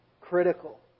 critical